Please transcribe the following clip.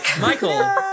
Michael